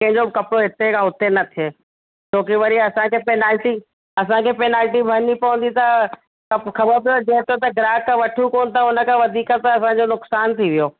कंहिंजो बि कपिड़ो हिते खां हुते न थिए छो की वरी असांखे पेनल्टी असांखे पेनल्टी भरिणी पवंदी त त ख़बर पियो जेतिरो त ग्राहक खां वठूं कोन्ह था हुन खां वधीक त असांजो नुकसानु थी वियो